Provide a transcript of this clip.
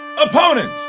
opponent